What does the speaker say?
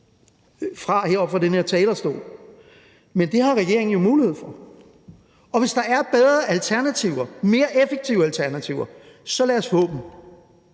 gøre, heroppe fra talerstolen, men det har regeringen jo mulighed for, og hvis der er bedre alternativer, mere effektive alternativer, så lad os få dem.